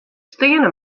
steane